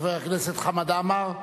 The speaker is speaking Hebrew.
חבר הכנסת חמד עמאר,